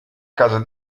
casa